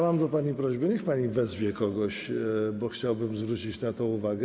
Mam do pani prośbę, niech pani wezwie kogoś, bo chciałbym zwrócić na to uwagę.